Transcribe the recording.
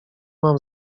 mam